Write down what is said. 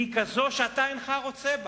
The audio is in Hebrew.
והיא כזאת שאתה אינך רוצה בה.